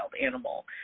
animal